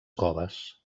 coves